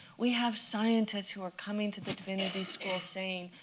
we have scientists who are coming to the divinity school saying,